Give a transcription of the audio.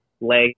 leg